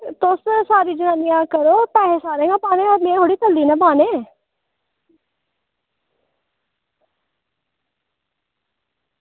तुस सारियां जनानियां सलाह् करो पैसे सारें जनें पाने खाल्ली में थोह्ड़ी कल्ली नै पाने